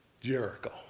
Jericho